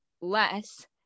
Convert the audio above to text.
less